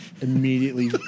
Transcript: Immediately